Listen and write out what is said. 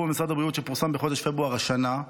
במשרד הבריאות שפורסם בחודש פברואר השנה,